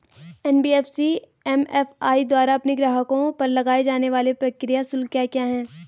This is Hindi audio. एन.बी.एफ.सी एम.एफ.आई द्वारा अपने ग्राहकों पर लगाए जाने वाले प्रक्रिया शुल्क क्या क्या हैं?